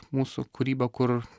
mūsų kūrybą kur